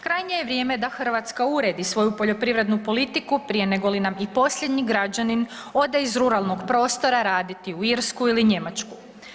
Krajnje je vrijeme da Hrvatska uredi svoju poljoprivrednu politiku prije nego li nam i posljednji građanin ode iz ruralnog prostora raditi u Irsku ili Njemačku.